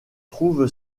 trouve